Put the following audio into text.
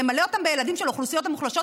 נמלא אותן בילדים של האוכלוסיות המוחלשות,